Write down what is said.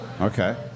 Okay